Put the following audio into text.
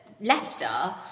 Leicester